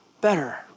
better